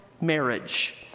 marriage